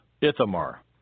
Ithamar